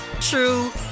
true